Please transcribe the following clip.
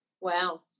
Wow